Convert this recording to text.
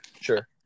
Sure